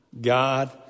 God